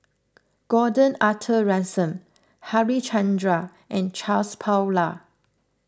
Gordon Arthur Ransome Harichandra and Charles Paglar